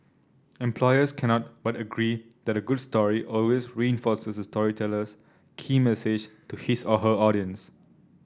employers cannot but agree that a good story always reinforces the storyteller's key message to his or her audience